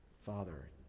Father